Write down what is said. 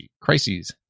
crises